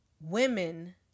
women